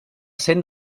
cent